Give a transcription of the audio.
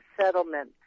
settlement